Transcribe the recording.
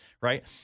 Right